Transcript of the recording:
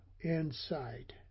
inside